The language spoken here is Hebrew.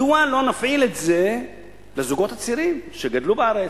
מדוע לא נפעיל את זה לזוגות הצעירים שגדלו בארץ,